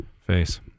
face